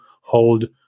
hold